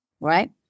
right